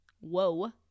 whoa